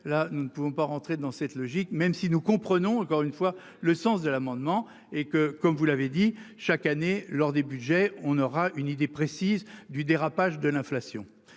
là nous ne pouvons pas rentrer dans cette logique, même si nous comprenons encore une fois, le sens de l'amendement et que comme vous l'avez dit, chaque année lors des Budgets, on aura une idée précise du dérapage de l'inflation,